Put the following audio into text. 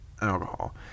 alcohol